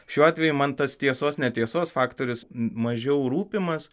šiuo atveju man tas tiesos netiesos faktorius mažiau rūpimas